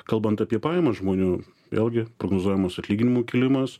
kalbant apie pajamas žmonių vėlgi prognozuojamas atlyginimų kilimas